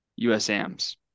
USAMs